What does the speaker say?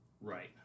Right